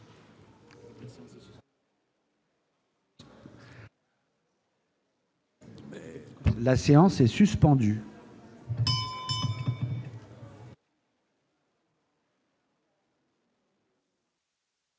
La séance est suspendue.